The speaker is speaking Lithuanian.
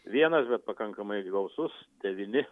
vienas bet pakankamai gausus devyni